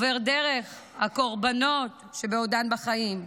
ודרך הקורבנות שבעודן בחיים,